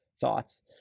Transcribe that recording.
thoughts